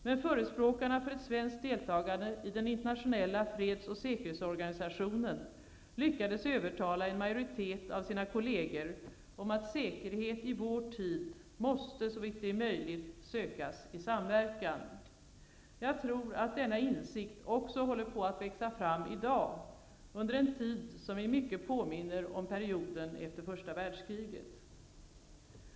Men förespråkarna för ett svenskt deltagande i den internationella freds och säkerhetsorganisationen lyckades övertala en majoritet av sina kolleger om att säkerhet i vår tid måste, såvitt det är möjligt, sökas i samverkan. Jag tror att denna insikt också håller på att växa fram i dag, under en tid som i mycket påminner om perioden efter första världskriget.